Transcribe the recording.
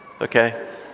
Okay